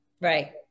Right